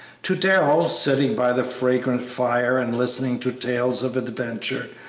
to darrell, sitting by the fragrant fire and listening to tales of adventure,